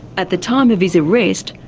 at the time of his arrest,